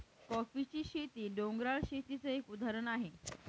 कॉफीची शेती, डोंगराळ शेतीच एक उदाहरण आहे